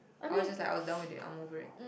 I was just like I was done with it I'm over it